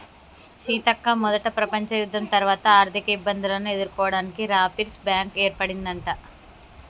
సీతక్క మొదట ప్రపంచ యుద్ధం తర్వాత ఆర్థిక ఇబ్బందులను ఎదుర్కోవడానికి రాపిర్స్ బ్యాంకు ఏర్పడిందట